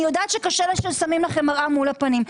אני מבינה שקשה לכם כששמים לכם מראה מול הפנים.